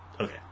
Okay